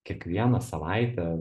kiekvieną savaitę